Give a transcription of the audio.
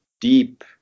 deep